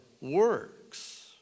works